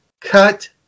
cut